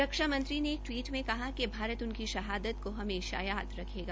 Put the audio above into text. रक्षा मंत्री ने एक टवीट में कहा कि भारत उनकी शहादत को हमेशा याद रखेगा